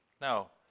Now